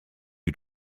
you